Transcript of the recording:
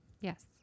Yes